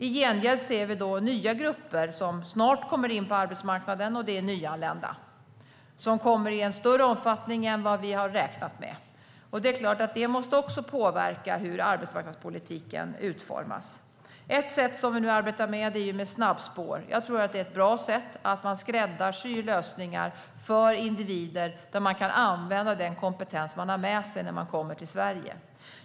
I gengäld ser vi nya grupper som snart kommer in på arbetsmarknaden, och det är de nyanlända som kommer i en större omfattning än vad vi hade räknat med. Det är klart att det också måste påverka hur arbetsmarknadspolitiken utformas. Ett sätt som vi nu arbetar med är snabbspår. Jag tror att det är ett bra sätt att skräddarsy lösningar för individer så att de kan använda den kompetens de har med sig när de kommer till Sverige.